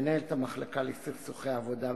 מנהלת המחלקה לסכסוכי עבודה,